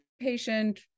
patient